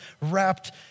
wrapped